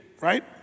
right